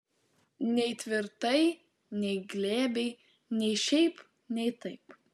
nei tvirtai nei glebiai nei šiaip nei taip